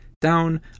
down